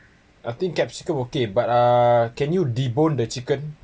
I think capsicin okay but uh can you debone the chicken